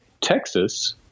Texas